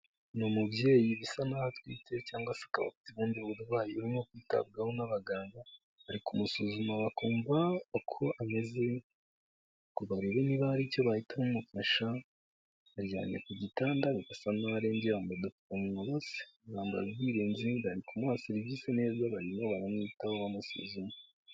Ni umubyeyi bisa naho atwite cyangwa se akaba afite ubundi burwayi urimo kwitabwaho n'abaganga, bari kumusuzuma bakumva uko ameze ngo barebe niba hari icyo bahita bamufasha, aryamye ku gitanda, birasa naho arembye, bambaye udupfukamunwa bose, bambaye ubwirinzi, bari kumuha serivisi neza, barimo baramwitaho bamusuzuma.